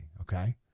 okay